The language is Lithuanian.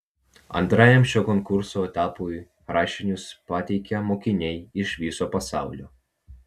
antrajam šio konkurso etapui rašinius pateikia mokiniai iš viso pasaulio